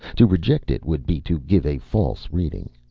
to reject it would be to give a false reading.